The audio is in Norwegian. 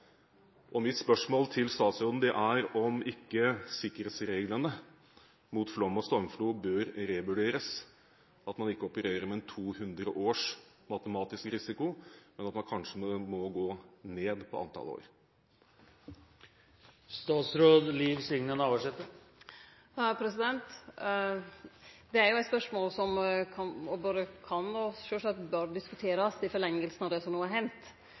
Mitt spørsmål til statsråden er om ikke sikkerhetsreglene mot flom og stormflo bør revurderes, slik at man ikke opererer med en 200-års matematisk risiko, men at man kanskje må gå ned på antall år. Det er eit spørsmål som både kan og sjølvsagt bør diskuterast i forlenginga av det som no har hendt.